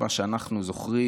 במה שאנחנו זוכרים,